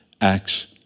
acts